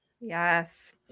Yes